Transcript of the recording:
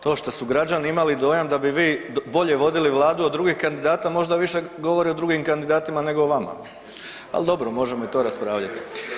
To što su građani imali dojam da bi vi bolje vodili Vladu od drugih kandidata možda više govori o drugim kandidatima nego o vama, ali dobro možemo to raspravljati.